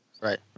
Right